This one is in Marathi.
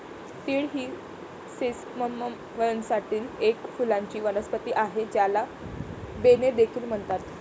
तीळ ही सेसमम वंशातील एक फुलांची वनस्पती आहे, ज्याला बेन्ने देखील म्हणतात